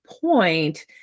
point